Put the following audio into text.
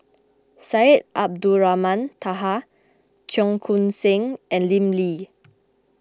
Syed Abdulrahman Taha Cheong Koon Seng and Lim Lee